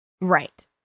right